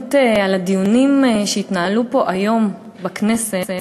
מהתבוננות בדיונים שהתנהלו פה היום בכנסת